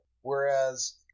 Whereas